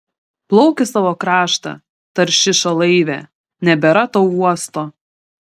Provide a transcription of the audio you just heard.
plauk į savo kraštą taršišo laive nebėra tau uosto